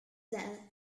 then